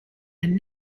and